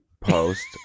Post